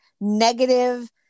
negative